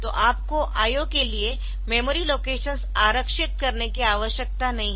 तो आपको IO के लिए मेमोरी लोकेशंस आरक्षित करने की आवश्यकता नहीं है